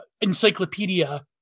encyclopedia